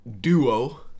duo